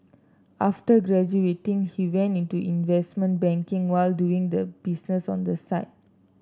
after graduating he went into investment banking while doing the business on the side